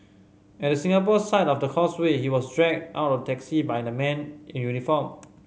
at the Singapore side of the causeway he was dragged out of a taxi by the men in uniform